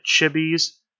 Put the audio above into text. Chibi's